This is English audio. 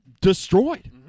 Destroyed